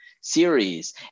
series